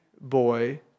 boy